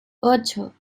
ocho